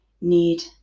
need